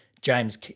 James